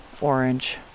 orange